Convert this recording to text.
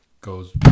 goes